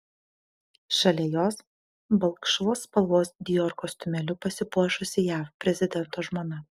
šalia jos balkšvos spalvos dior kostiumėliu pasipuošusi jav prezidento žmona